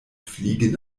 fliegen